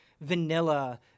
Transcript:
vanilla